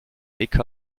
make